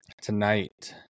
Tonight